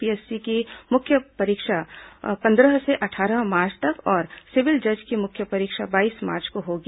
PSC की मुख्य परीक्षा पंद्रह से अट्ठारह मार्च तक और सिविल जज की मुख्य परीक्षा बाईस मार्च को होगी